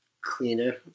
cleaner